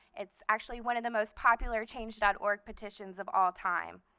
it's actually one of the most popular change dot org petitions of all time.